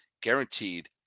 guaranteed